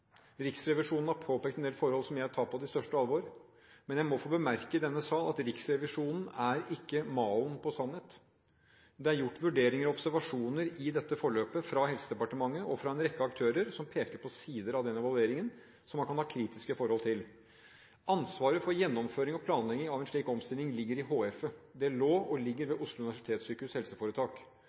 Riksrevisjonen har påpekt en del forhold som jeg tar på det største alvor, men jeg må få bemerke i denne sal at Riksrevisjonen ikke er malen på sannhet. Helsedepartementet og en rekke aktører har gjort vurderinger og observasjoner i dette forløpet som peker på sider av evalueringen som man kan være kritisk til. Ansvaret for gjennomføring og planlegging av en slik omstilling ligger i HF-et. Det lå og ligger ved Oslo Universitetssykehus’ helseforetak.